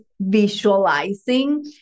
visualizing